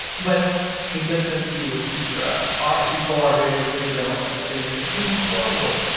but consistency was key for us. our, if you pull our videos, please don't that were ten years ago. they were horrible.